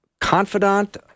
confidant